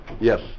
Yes